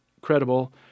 credible